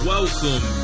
Welcome